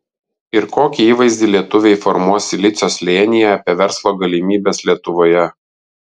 ir kokį įvaizdį lietuviai formuos silicio slėnyje apie verslo galimybes lietuvoje